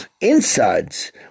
insides